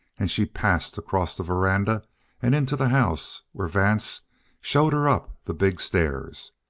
and she passed across the veranda and into the house, where vance showed her up the big stairs.